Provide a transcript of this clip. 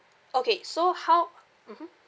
okay so how mmhmm